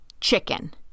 chicken